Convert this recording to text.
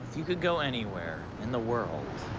you could go anywhere in the world,